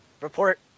Report